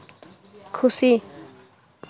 ᱠᱷᱩᱥᱤ